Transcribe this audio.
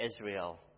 Israel